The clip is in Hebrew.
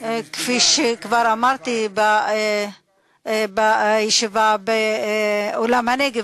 כפי שכבר אמרתי בישיבה באולם "נגב",